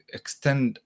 extend